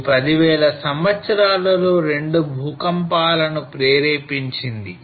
ఇది 10000 సంవత్సరాలలో రెండు భూకంపాలను ప్రేరేపించింది